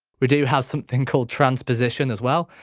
we do have something called transposition as well.